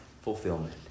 fulfillment